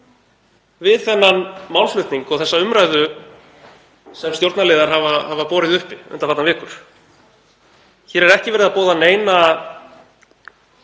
við þennan málflutning og þessa umræðu sem stjórnarliðar hafa borið uppi undanfarnar vikur. Hér er ekki verið að boða neina